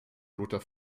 roter